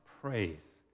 praise